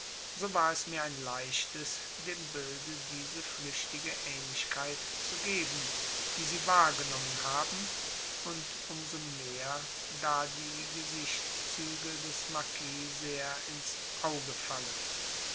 so war es mir ein leichtes dem bilde diese flüchtige ähnlichkeit zu geben die sie wahrgenommen haben und um so mehr da die gesichtszüge des marquis sehr ins auge fallen